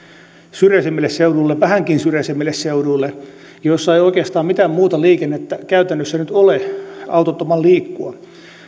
vähänkin syrjäisemmille seuduille joilla ei oikeastaan mitään muuta liikennettä käytännössä nyt ole autottoman liikkua